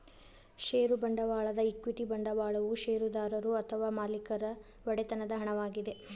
ಷೇರು ಬಂಡವಾಳದ ಈಕ್ವಿಟಿ ಬಂಡವಾಳವು ಷೇರುದಾರರು ಅಥವಾ ಮಾಲೇಕರ ಒಡೆತನದ ಹಣವಾಗಿದೆ